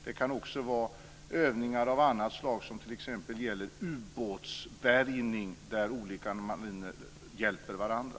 Det kan också vara övningar av annat slag som t.ex. gäller ubåtsbärgning där olika mariner hjälper varandra.